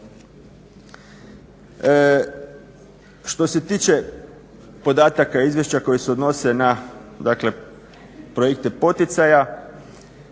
Što se tiče podataka i izvješća koji se odnose na dakle projekte poticaja